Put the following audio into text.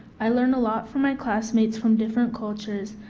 i learned a lot from my classmates from different cultures,